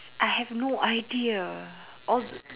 I have no idea all the